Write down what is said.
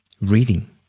reading